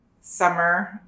summer